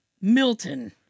Milton